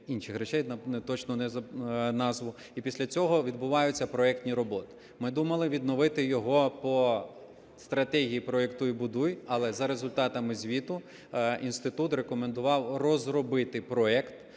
інших речей, точно не пам'ятаю назву, і після цього відбуваються проєктні роботи. Ми думали відновити його по стратегії "Проектуй/Будуй", але за результатами звіту інститут рекомендував розробити проект,